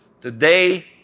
Today